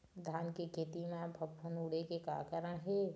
धान के खेती म फफूंद उड़े के का कारण हे?